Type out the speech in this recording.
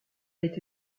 été